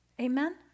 Amen